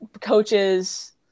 coaches